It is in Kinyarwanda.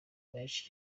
benshi